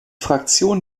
fraktion